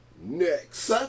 next